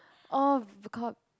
oh god